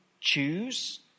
choose